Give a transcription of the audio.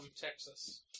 Texas